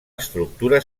estructura